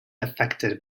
affected